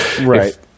Right